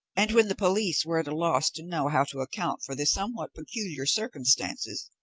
and, when the police were at a loss to know how to account for the somewhat peculiar circumstances,